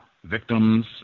victims